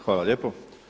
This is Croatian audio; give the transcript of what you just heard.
Hvala lijepo.